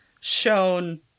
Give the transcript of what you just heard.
shown